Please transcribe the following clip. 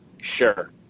Sure